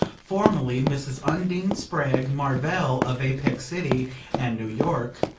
formerly mrs. undine spragg marvell, of apex city and new york,